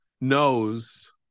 knows